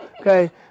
Okay